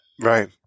Right